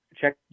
Check